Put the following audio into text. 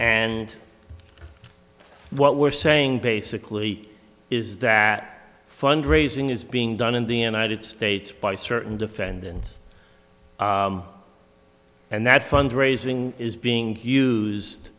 and what we're saying basically is that fund raising is being done in the united states by certain defendants and that fund raising is being used